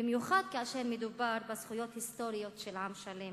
במיוחד כאשר מדובר בזכויות היסטוריות של עם שלם.